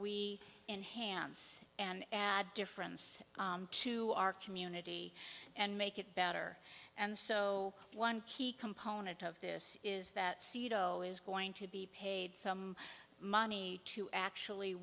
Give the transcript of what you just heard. we enhance and add difference to our community and make it better and so one key component of this is that c t o is going to be paid some money to actually